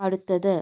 അടുത്തത്